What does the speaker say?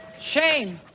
Shame